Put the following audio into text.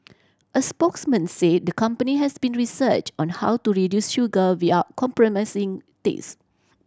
a spokesman said the company has been researched on how to reduce sugar without compromising taste